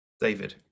david